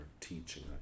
teaching